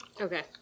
Okay